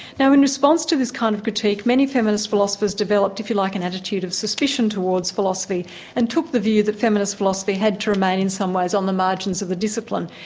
now in response to this kind of critique, many feminist philosophers developed if you like an attitude of suspicion towards philosophy and took the view that feminist philosophy had to remain in some ways on the margins of the discipline,